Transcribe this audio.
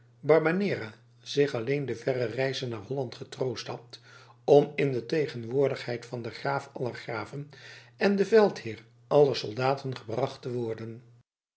barbanera zich alleen de verre reize naar holland getroost had om in de tegenwoordigheid van den graaf aller graven en den veldheer aller soldaten gebracht te worden